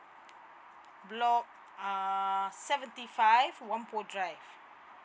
block uh seventy five wan poh drive